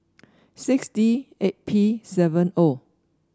six D eight P seven O